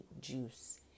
juice